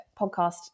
podcast